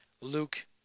Luke